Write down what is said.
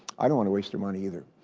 i don't want to waste your money either.